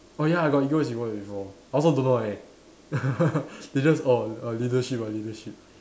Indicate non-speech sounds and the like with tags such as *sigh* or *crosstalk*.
oh ya I got eagles award before I also don't know why *laughs* they just orh err leadership ah leadership